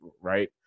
right –